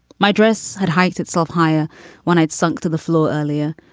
my dress had hiked itself higher when i'd sunk to the floor earlier.